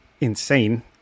insane